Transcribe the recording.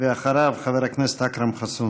ואחריו, חבר הכנסת אכרם חסון.